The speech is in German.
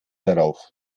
darauf